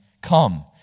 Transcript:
Come